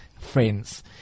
friends